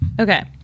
Okay